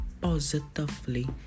positively